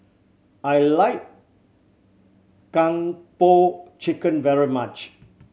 I like Kung Po Chicken very much